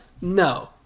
No